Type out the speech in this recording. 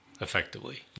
effectively